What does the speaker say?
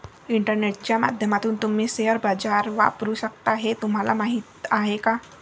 इंटरनेटच्या माध्यमातून तुम्ही शेअर बाजार वापरू शकता हे तुम्हाला माहीत आहे का?